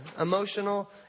emotional